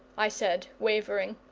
i said, wavering.